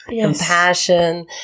compassion